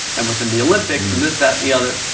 and within the olympics, and this, that, the other,